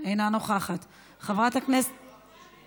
אינה נוכחת, נוכחת?